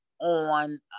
on